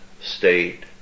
state